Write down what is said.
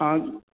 हाँ